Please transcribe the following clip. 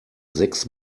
sechs